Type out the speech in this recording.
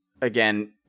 again